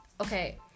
Okay